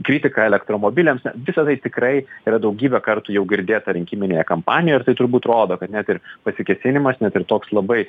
kritiką elektromobiliams visa tai tikrai yra daugybę kartų jau girdėta rinkiminėje kampanijoje ir tai turbūt rodo kad net ir pasikėsinimas net ir toks labai